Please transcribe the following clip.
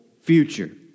future